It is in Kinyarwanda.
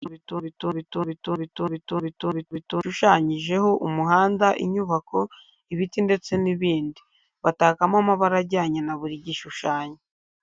Ubugeni n'ubuhanzi ni kimwe mu bintu bitunze abantu batari bake kuri iyi si dutuye. Abanyabugeni baba bafite ubuhanga bwo kureba ikintu bagahita bagishushanya, aho ushobora kubona igishushanyo gishushanyijeho: umuhanda, inyubako, ibiti ndetse n'ibindi. Batakamo amabara ajyanye na buri gishushanyo.